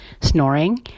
snoring